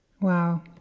wow